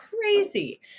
crazy